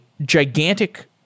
gigantic